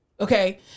okay